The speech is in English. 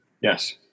Yes